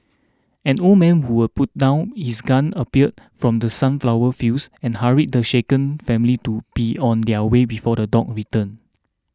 an old man who was putting down his gun appeared from the sunflower fields and hurried the shaken family to be on their way before the dog return